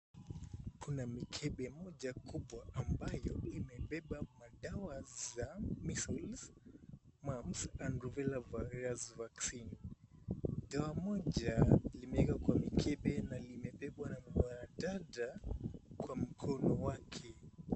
Kuna mkebe moja kubwa ambayo imebeba madawa za measles, mumps and rubella virus vaccine . Dawa moja limewekwa kwa mkebe na limebebwa na mwanadada kwa mkono wake.